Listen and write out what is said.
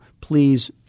please